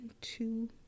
two